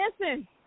Listen